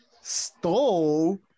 stole